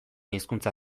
hizkuntza